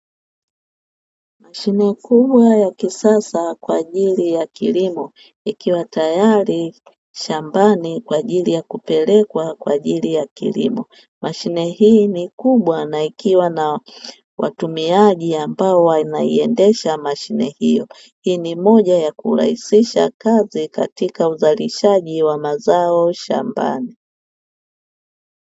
Mashine kubwa ya kisasa kwa ajili ya kilimo ikiwa tayari shambani kwa ajili ya kupelekwa kwa ajili ya kilimo. Mashine hii ni kubwa na ikiwa na watumiaji ambao wanaiendesha mashine hiyo. Hii ni moja ya kurahisisha kazi katika uzalishaji wa mazao shambani.